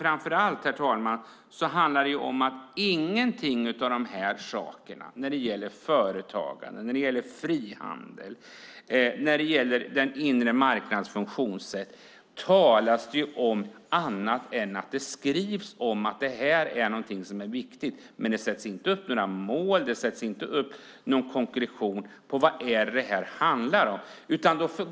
Framför allt talas det inte om företagande, frihandel och den inre marknadens funktionssätt. Man skriver att det är viktigt, men det sätts inte upp några mål eller någon konkretion på vad detta handlar om.